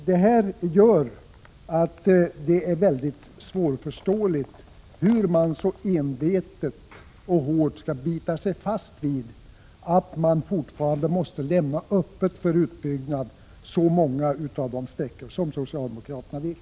Detta gör det svårt att förstå hur man så envetet och hårt kan bita sig fast vid att man fortfarande måste lämna öppet för en utbyggnad av så många älvsträckor som socialdemokraterna vill.